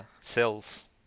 cells